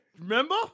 Remember